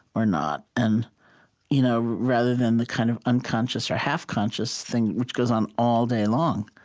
or not. and you know rather than the kind of unconscious or half-conscious thing, which goes on all day long